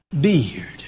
beard